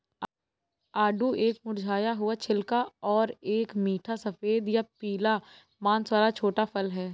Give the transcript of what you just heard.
आड़ू एक मुरझाया हुआ छिलका और एक मीठा सफेद या पीला मांस वाला छोटा फल है